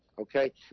Okay